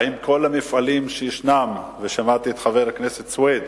האם כל המפעלים שישנם, ושמעתי את חבר הכנסת סוייד